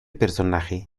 personaje